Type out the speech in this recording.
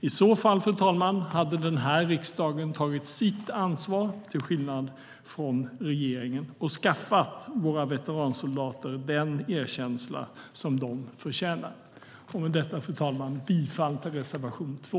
I så fall, fru talman, hade den här riksdagen tagit sitt ansvar - till skillnad från regeringen - och skaffat våra veteransoldater den erkänsla som de förtjänar. Med detta, fru talman, yrkar jag bifall till reservation 2.